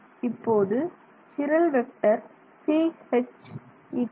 இப்போது சிரல் vector Ch n×a1m×a1